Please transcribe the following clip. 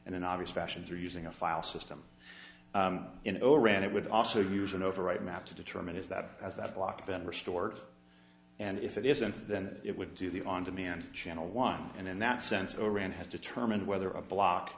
in an obvious fashions or using a file system you know ran it would also use an overwrite map to determine is that has that block been restored and if it isn't then it would do the on demand channel one and in that sense iran has determined whether a block